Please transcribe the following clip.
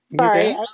Sorry